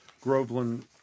Groveland